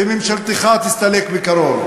וממשלתך תסתלק בקרוב.